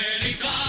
America